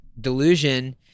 delusion